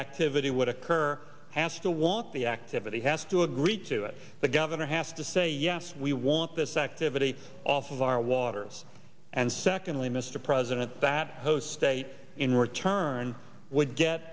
activity would occur has to walk the activity has to agree to it the governor has to say yes we want this activity off of our waters and secondly mr president that host states in return would get